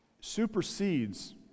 supersedes